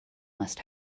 must